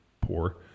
poor